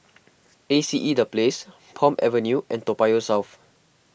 A C E the Place Palm Avenue and Toa Payoh South